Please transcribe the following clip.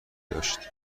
داشت